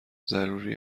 ضروری